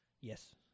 Yes